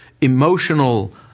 emotional